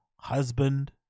husband